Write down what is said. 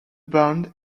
band